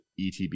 ETB